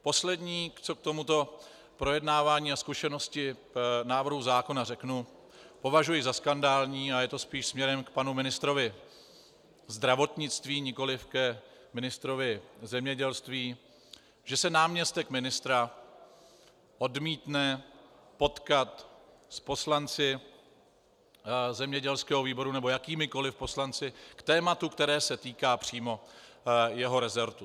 Poslední, co k tomuto projednávání a zkušenosti návrhu zákona řeknu: Považuji za skandální a je to spíš směrem k panu ministrovi zdravotnictví, nikoliv k ministrovi zemědělství, že se náměstek ministra odmítne potkat s poslanci zemědělského výboru nebo jakýmikoliv poslanci k tématu, které se týká přímo jeho resortu.